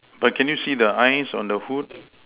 but can you see the eyes on the Hood